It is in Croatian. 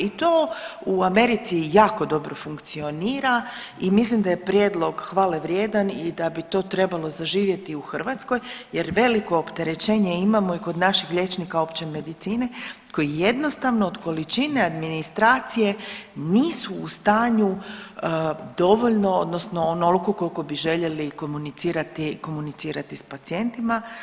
I to u Americi jako dobro funkcionira i mislim da je prijedlog hvale vrijedan i da bi to trebalo zaživjeti i u Hrvatskoj jer velik opterećenje imamo i kod naših liječnika opće medicine koji jednostavno od količine administracije nisu u stanju dovoljno odnosno onoliko koliko bi željeli komunicirati s pacijentima.